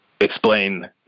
explain